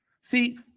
See